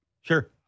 Sure